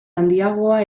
handiagoa